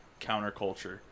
counterculture